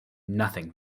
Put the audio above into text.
nothing